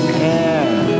care